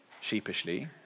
sheepishly